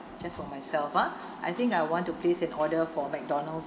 just for myself ah I think I want to place an order for mcdonald's